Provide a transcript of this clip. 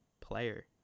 player